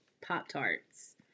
Pop-Tarts